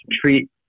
treat